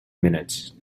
minutes